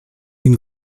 une